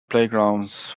playgrounds